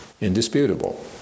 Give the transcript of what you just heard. indisputable